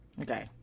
okay